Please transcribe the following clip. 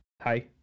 Hi